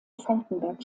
falckenberg